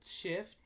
shift